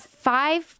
five